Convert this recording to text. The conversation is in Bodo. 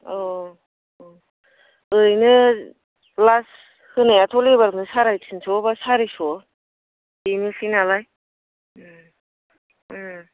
औ औ ओरैनो लास्ट होनायाथ' लेबार नो सारेतिनस' बा सारिस' बेनोसै नालाय